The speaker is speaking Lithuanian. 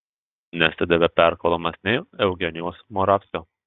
nesidavė perkalbamas nei eugenijaus moravskio